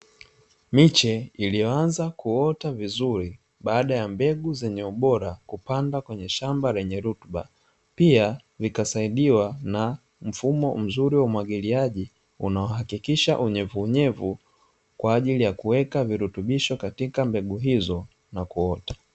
Miche iliyoaanza kuota vizuri baada ya mbegu zenye ubora kupandwa kwenye shamba lenye rutuba, pia likasaidiwa na mfumo mzuri wa umwagiliaji unaohakikisha unyevu unyevu kwa ajili ya kuweka virutubisho katika mbegu hizo nakuota.